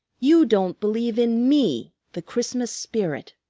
you don't believe in me, the christmas spirit.